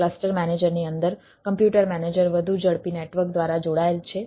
cluster મેનેજરની અંદર computer manager વધુ ઝડપી નેટવર્ક દ્વારા જોડાયેલ છે